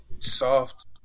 Soft